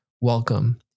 welcome